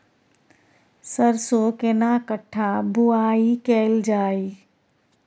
सरसो केना कट्ठा बुआई कैल जाय?